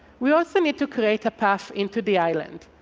we also need to create a path into the island,